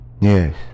Yes